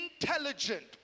intelligent